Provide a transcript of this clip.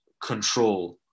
control